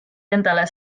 endale